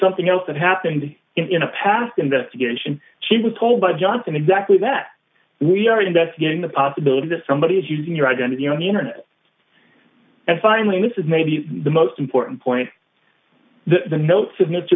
something else that happened in the past investigation she was told by johnson exactly that we are investigating the possibility that somebody is using your identity on the internet and finally this is maybe the most important point that the note